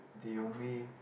the only